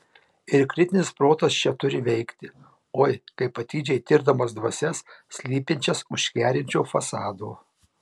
ir kritinis protas čia turi veikti oi kaip atidžiai tirdamas dvasias slypinčias už kerinčio fasado